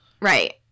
Right